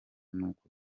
nuko